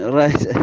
right